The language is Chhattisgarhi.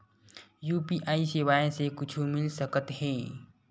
यू.पी.आई सेवाएं से कुछु मिल सकत हे?